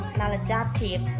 maladaptive